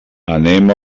anem